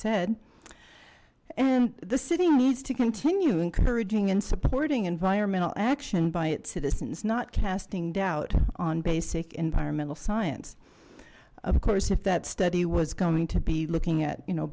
said and the city needs to continue encouraging and supporting environmental action by its citizens not casting doubt on basic environmental science of course if that study was going to be looking at you know